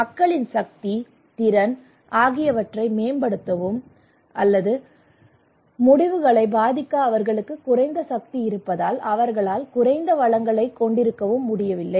மக்களின் சக்தி திறன் ஆகியவற்றை மேம்படுத்தவும் அல்லது முடிவுகளை பாதிக்க அவர்களுக்கு குறைந்த சக்தி இருப்பதால் அவர்களால் குறைந்த வளங்களைக் கொண்டிருக்கவும் முடியவில்லை